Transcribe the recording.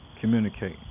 communicate